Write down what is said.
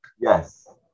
Yes